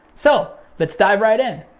so let's dive right in.